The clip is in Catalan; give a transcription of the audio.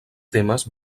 temes